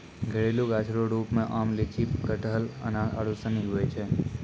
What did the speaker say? घरेलू गाछ रो रुप मे आम, लीची, कटहल, अनार आरू सनी हुवै छै